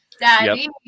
Daddy